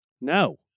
No